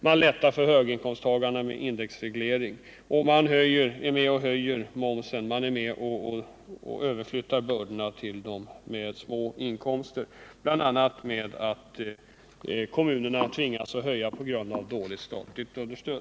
Man har lättat skattebördan för höginkomsttagarna med indexreglering och man är med och höjer momsen. Man överflyttar bördorna till dem med små inkomster, bl.a. därför att kommunerna tvingas höja kommunalskatterna på grund av dåligt statligt understöd.